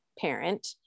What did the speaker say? parent